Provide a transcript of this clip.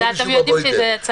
נכון, ואתם יודעים שזה יצא.